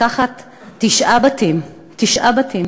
לקחת תשעה בתים, תשעה בתים